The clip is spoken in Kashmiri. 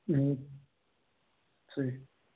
صحی